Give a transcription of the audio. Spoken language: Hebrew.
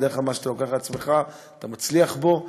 בדרך כלל מה שאתה לוקח על עצמך, אתה מצליח בו.